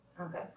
Okay